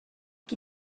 qui